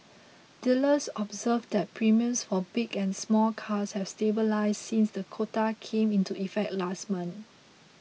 dealers observed that premiums for big and small cars have stabilised since the quota came into effect last month